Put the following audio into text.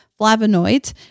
flavonoids